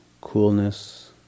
coolness